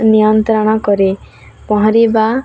ନିୟନ୍ତ୍ରଣ କରେ ପହଁରିବା